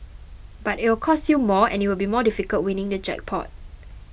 but it'll cost you more and it will be more difficult winning the jackpot